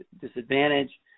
disadvantage